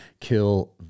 kill